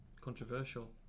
Controversial